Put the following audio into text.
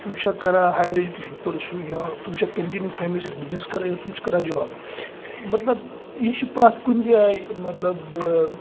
یِم چھا کران ہایر ایٚجوکیشن پٔرسو یا تِم چھا کَنٹنیو فیملی سۭتۍ بزنٮ۪س کران یا تِم چھِ کران جاب مطلب یہِ چھُ پرٮ۪تھ کُنہِ جایہِ مطلب